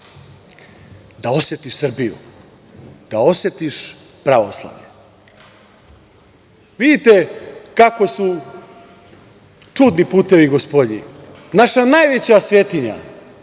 da osetiš Srbiju, da osetiš pravoslavlje. Vidite kako su čudni putevi gospodnji. Naša najveća svetinja